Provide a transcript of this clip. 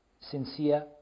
sincere